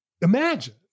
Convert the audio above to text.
Imagine